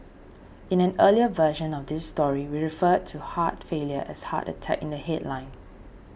in an earlier version of this story we referred to heart failure as heart attack in the headline